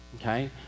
okay